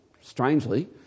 strangely